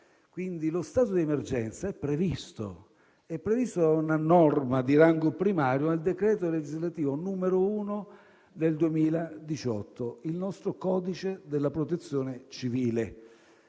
Quindi, lo stato d'emergenza è previsto da una norma di rango primario nel decreto legislativo n. 1 del 2018, il nostro codice della Protezione civile.